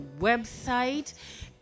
website